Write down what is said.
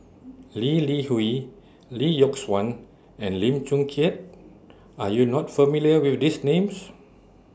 Lee Li Hui Lee Yock Suan and Lim Chong Keat Are YOU not familiar with These Names